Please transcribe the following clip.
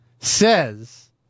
says